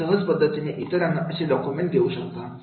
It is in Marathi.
तुम्ही सहज पद्धतीने इतरांना असे डॉक्युमेंट देऊ शकता